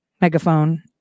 megaphone